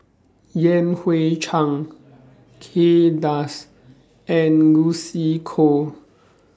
Yan Hui Chang Kay Das and Lucy Koh